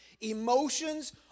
Emotions